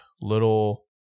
little